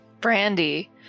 brandy